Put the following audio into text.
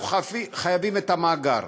אנחנו חייבים את המאגר.